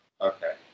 Okay